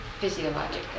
physiologically